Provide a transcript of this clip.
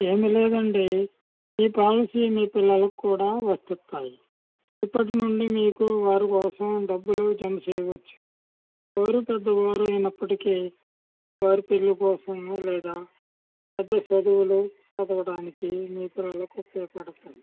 ఏమి లేదండీ ఈ పాలసీ మీ పిల్లలకి కూడా వర్తిస్తాయి ఇప్పటి నుండి మీకు వారు కోసం డబ్బులు జమ చేయవచ్చు ఎవరు పెద్దవారు అయినప్పటికీ వారి పిల్లల కోసము లేదా పెద్ద చదువులు చదవడానికి మీ పిల్లలకు ఉపయోగపడతాయి